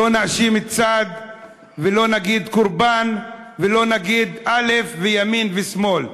לא נאשים צד ולא נגיד קורבן ולא נגיד א' וימין ושמאל.